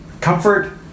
Comfort